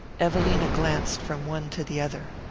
evelina glanced from one to the other.